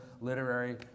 literary